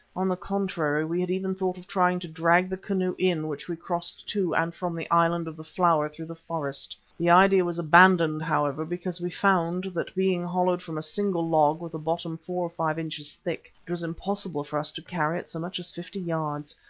on the contrary, we had even thought of trying to drag the canoe in which we crossed to and from the island of the flower through the forest. the idea was abandoned, however, because we found that being hollowed from a single log with a bottom four or five inches thick, it was impossible for us to carry it so much as fifty yards.